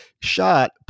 shot